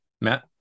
Matt